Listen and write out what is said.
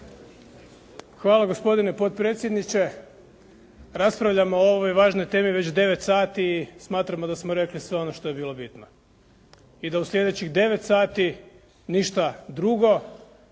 Hvala gospodine potpredsjedniče. Raspravljamo o ovoj važnoj temi već 9 sati, smatramo da smo rekli sve ono što je bilo bitno i da u sljedećih 9 sati ništa drugo,